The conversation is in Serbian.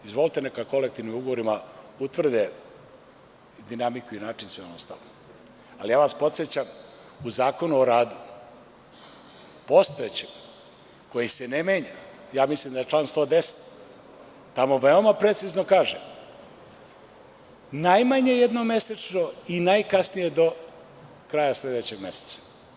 Izvolite, neka kolektivnim ugovorima utvrde dinamiku i način i sve ono ostalo, ali vas podsećam na Zakon o radu, postojećem, koji se ne menja, mislim da je član 110, veoma precizno kaže – najmanje jednom mesečno i najkasnije do kraja sledećeg meseca.